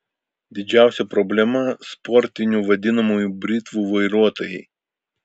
didžiausia problema sportinių vadinamųjų britvų vairuotojai